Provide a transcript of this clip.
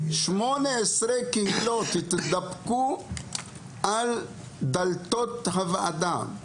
18 קהילות התדפקו על דלתות הוועדה.